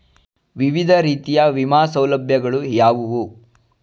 ವಿವಿಧ ರೀತಿಯ ವಿಮಾ ಸೌಲಭ್ಯಗಳು ಯಾವುವು?